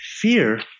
fear